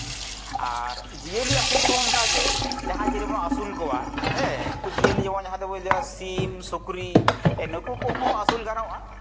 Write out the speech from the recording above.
ᱟᱨ ᱡᱤᱭᱟᱹᱞᱤ ᱟᱹᱥᱩᱞ ᱠᱚᱦᱚᱸ ᱚᱱᱠᱟᱜᱮ ᱡᱟᱦᱟᱸᱭ ᱡᱤᱭᱟᱹᱞᱤ ᱵᱚᱱ ᱟᱹᱥᱩᱞ ᱠᱚᱣᱟ ᱦᱮᱸ ᱩᱱᱠᱩ ᱡᱤᱭᱟᱹᱞᱤ ᱡᱮᱢᱚᱱ ᱥᱤᱢ ᱥᱩᱠᱨᱤ ᱱᱩᱠᱩ ᱠᱚᱦᱚᱸ ᱟᱹᱥᱩᱞ ᱜᱟᱱᱚᱜᱼᱟ